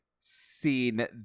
seen